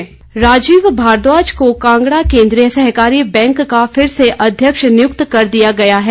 KCC bank Rajiv Bhardwaj को कांगड़ा केंद्रीय सहकारी बैंक का फिर से अध्यक्ष नियुक्त कर दिया गया है